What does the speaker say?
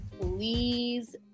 please